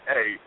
Hey